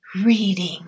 reading